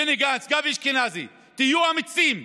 בני גנץ, גבי אשכנזי, תהיו אמיצים.